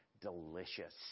delicious